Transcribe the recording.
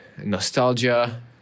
nostalgia